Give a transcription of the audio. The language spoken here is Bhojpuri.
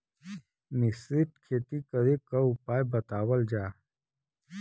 मिश्रित खेती करे क उपाय बतावल जा?